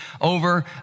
over